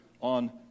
on